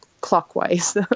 clockwise